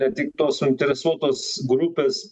ne tik tos suinteresuotos grupės